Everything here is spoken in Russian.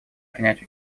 принять